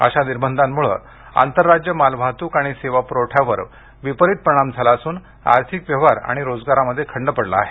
अशा निर्बंधांमुळे आंतर राज्य माल वाहतूक आणि सेवा प्रवठ्यावर विपरीत परिणाम झाला असून आर्थिक व्यवहार आणि रोजगारामध्ये खंड पडला आहे